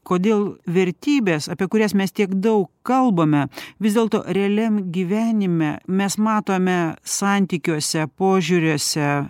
kodėl vertybės apie kurias mes tiek daug kalbame vis dėlto realiam gyvenime mes matome santykiuose požiūriuose